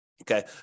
Okay